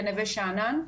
בנווה שאנן,